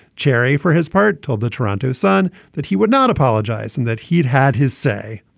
cherry for his part told the toronto sun that he would not apologize and that he'd had his say.